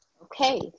Okay